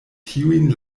tiun